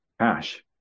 cash